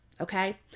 Okay